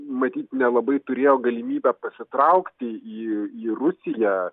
matyt nelabai turėjo galimybę pasitraukti į į rusiją